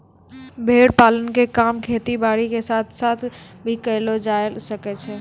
भेड़ पालन के काम खेती बारी के साथ साथ भी करलो जायल सकै छो